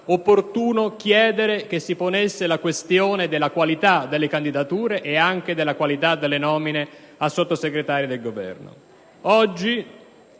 opportuno chiedere che si ponesse la questione della qualità delle candidature ed anche delle nomine a Sottosegretario del Governo. Oggi